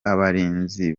abarinzi